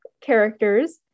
characters